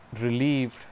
relieved